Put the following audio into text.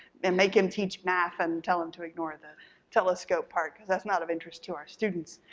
and make him teach math and tell him to ignore the telescope part cause that's not of interest to our students.